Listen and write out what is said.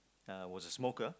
uh was a smoker